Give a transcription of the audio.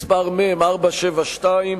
מס' מ/472,